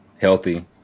healthy